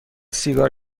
سیگار